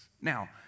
Now